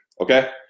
Okay